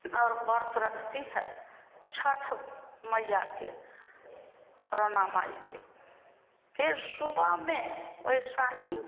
और व्रत रखती है छठ मैया के करुणा माई माई के फिर सुबह में वैसा ही